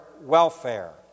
welfare